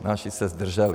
Naši se zdrželi.